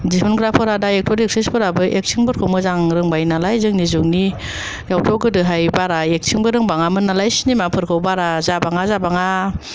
दिहुनग्राफोरा दा actor actress फोराबो acting फोरखौ मोजां रोंबायनालाय जोंनि जुगनियावथ' गोदोहाय बारा एक्टिं बो रोंबाङामोन नालाय सिनिमा फोरखौ बारा जाबाङा जाबाङा